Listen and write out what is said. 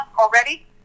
already